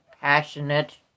passionate